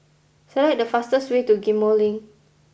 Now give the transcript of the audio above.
select the fastest way to Ghim Moh Link